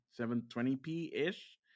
720p-ish